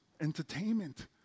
entertainment